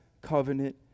covenant